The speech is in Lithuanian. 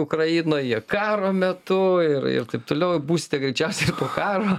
ukrainoje karo metu ir ir taip toliau būste greičiausiai po karo